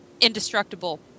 indestructible